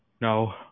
No